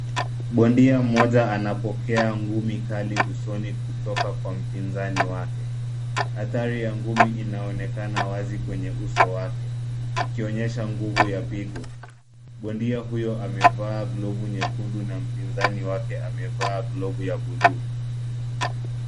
Bondia mmoja anapokea ngumi kali usoni kutoka kwa mpinzani wake. Athari ya ngumi inaonekana wazi kwenye uso wake, ikionyesha nguvu ya pigo. Bondia huyo amevaa glovu nyekundu na mpinzani wake amevaa glovu ya blue .